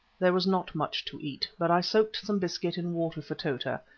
there was not much to eat, but i soaked some biscuit in water for tota,